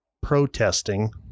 protesting